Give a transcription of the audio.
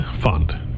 fund